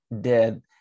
dead